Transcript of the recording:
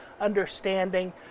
understanding